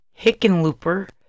Hickenlooper